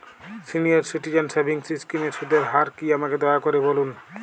senior citizen savings স্কিমের সুদের হার কী আমাকে দয়া করে বলুন